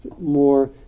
more